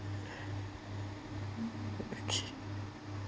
okay